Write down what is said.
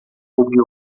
houve